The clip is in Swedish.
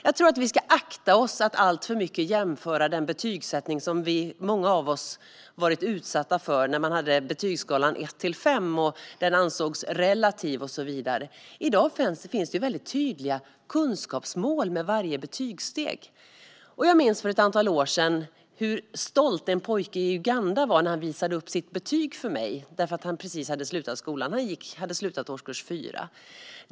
Jag tror att vi ska akta oss för att jämföra alltför mycket med den betygssättning som många av oss varit utsatta för, med betygsskalan 1-5 som ansågs vara relativ och så vidare. I dag finns det tydliga kunskapsmål som är kopplade till varje betygssteg. Jag minns en pojke i Uganda som jag träffade för ett antal år sedan. Han hade precis slutat årskurs 4 och visade stolt upp sitt betyg för mig.